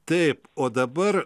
taip o dabar